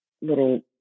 little